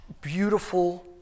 beautiful